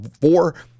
four